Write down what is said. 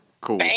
Cool